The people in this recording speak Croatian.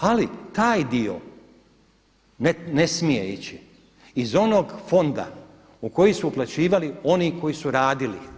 Ali taj dio ne smije ići iz onog fonda u koji su uplaćivali oni koji su radili.